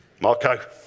Marco